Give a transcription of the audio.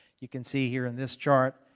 you could see here in this chart.